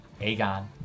Aegon